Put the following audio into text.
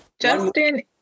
Justin